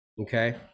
okay